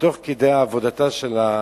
תוך כדי עבודתה של,